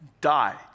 died